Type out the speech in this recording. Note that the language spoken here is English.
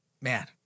man